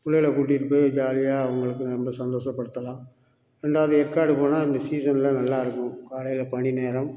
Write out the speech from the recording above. பிள்ளைகளை கூட்டிகிட்டு போயி ஜாலியாக அவங்களுக்கு ரொம்ப சந்தோஷப்படுத்தலாம் ரெண்டாவது ஏற்காடு போனால் இந்த சீசனில் நல்லா இருக்கும் காலையில் பனி நேரம்